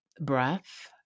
breath